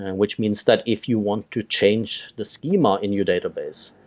and which means that if you want to change the schema in your database,